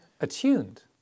attuned